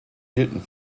hielten